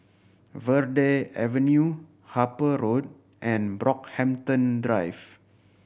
Verde Avenue Harper Road and Brockhampton Drive